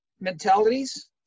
mentalities